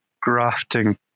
grafting